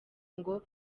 ngo